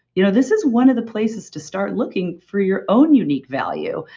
you know this is one of the places to start looking for your own unique value.